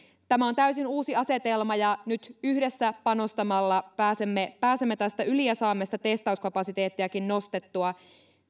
tämä on täysin uusi asetelma ja nyt yhdessä panostamalla pääsemme pääsemme tästä yli ja saamme sitä testauskapasiteettiakin nostettua